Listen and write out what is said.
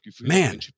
man